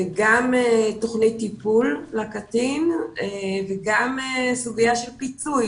גם תוכנית טיפול לקטין וגם סוגיה של פיצוי